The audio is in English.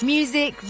Music